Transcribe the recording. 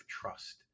trust